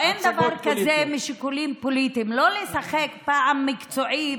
אין דבר כזה "רחוק משיקולים פוליטיים"; לא לשחק פעם מקצועי,